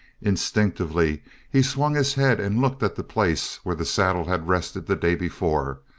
instinctively he swung his head and looked at the place where the saddle had rested the day before,